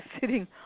sitting